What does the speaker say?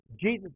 Jesus